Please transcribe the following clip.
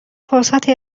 فرصتی